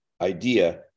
idea